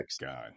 God